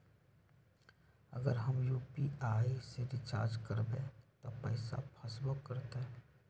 अगर हम यू.पी.आई से रिचार्ज करबै त पैसा फसबो करतई?